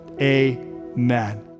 amen